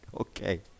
okay